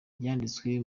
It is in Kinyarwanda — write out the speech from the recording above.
byanditswe